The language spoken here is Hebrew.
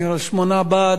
שמונה בעד,